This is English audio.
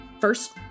first